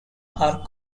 are